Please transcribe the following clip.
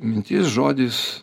mintis žodis